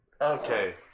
Okay